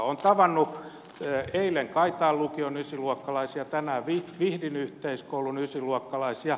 olen tavannut eilen kaitaan lukion ysiluokkalaisia tänään vihdin yhteiskoulun ysiluokkalaisia